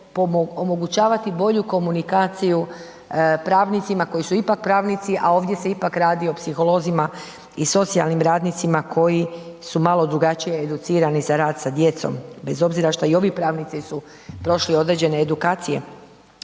će omogućavati bolju komunikaciju pravnicima koji su ipak pravnici, a ovdje se ipak radi o psiholozima i socijalnim radnicima koji su malo drugačije educirani za rad sa djecom bez obzira šta i ovi pravnici su prošli određene edukacije.